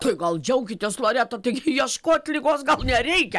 tai gal džiaukitės loreta taigi ieškot ligos gal nereikia